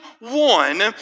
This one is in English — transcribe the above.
one